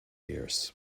years